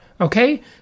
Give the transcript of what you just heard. okay